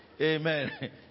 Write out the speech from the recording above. Amen